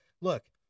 Look